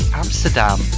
amsterdam